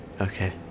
Okay